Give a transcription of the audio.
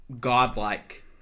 godlike